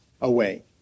away